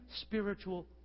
spiritual